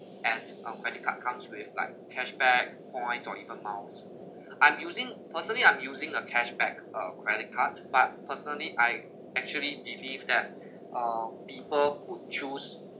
and um credit card comes with like cash back points or even miles I'm using personally I'm using a cash back um credit cards but personally I actually believe that um people who choose